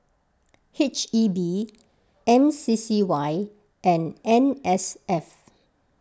H E B M C C Y and N S F